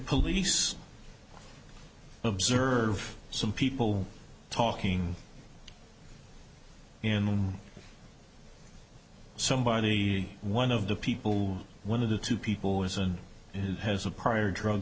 police observe some people talking in somebody the one of the people one of the two people isn't and has a prior drug